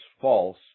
false